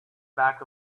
back